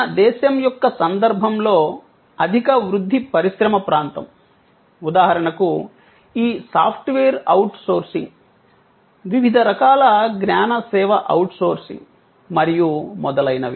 మన దేశం యొక్క సందర్భంలో అధిక వృద్ధి పరిశ్రమ ప్రాంతం ఉదాహరణకు ఈ సాఫ్ట్వేర్ అవుట్సోర్సింగ్ వివిధ రకాల జ్ఞాన సేవ అవుట్సోర్సింగ్ మరియు మొదలైనవి